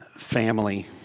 family